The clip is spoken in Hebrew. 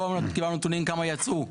שלא קיבלנו נתונים לגבי אלה שיצאו.